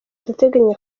ndateganya